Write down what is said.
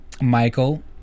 Michael